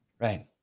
Right